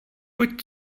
pojď